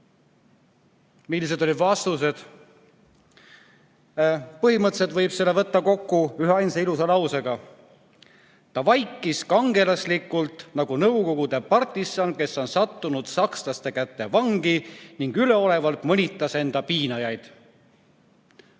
Millised olid vastused? Põhimõtteliselt võib selle kokku võtta üheainsa ilusa lausega: "Ta vaikis kangelaslikult nagu Nõukogude partisan, kes on sattunud sakslaste kätte vangi, ning üleolevalt mõnitas enda piinajaid."